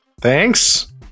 Thanks